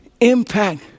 impact